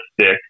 stick